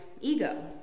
ego